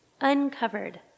uncovered